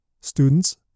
Students